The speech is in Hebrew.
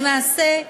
למעשה,